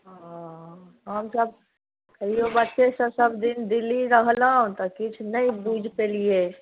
हँ हमसभ कहियो बच्चेसँ सभदिन दिल्ली रहलहुँ तऽ किछु नहि बुझि पेलियै